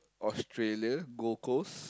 Australia Gold-Coast